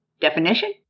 definition